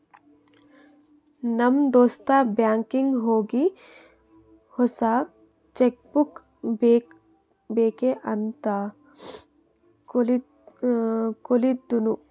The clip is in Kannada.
ನಮ್ ದೋಸ್ತ ಬ್ಯಾಂಕೀಗಿ ಹೋಗಿ ಹೊಸಾ ಚೆಕ್ ಬುಕ್ ಬೇಕ್ ಅಂತ್ ಕೇಳ್ದೂನು